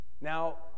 Now